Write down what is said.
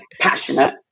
passionate